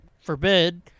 forbid